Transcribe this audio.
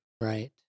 Right